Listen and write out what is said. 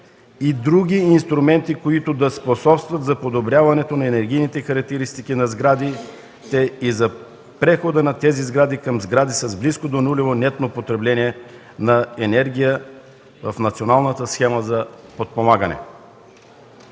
и други инструменти, които да способстват за подобряването на енергийните характеристики на сградите, и за прехода на тези сгради към сгради с близко до нулево нетно потребление на енергия в националната схема за подпомагане.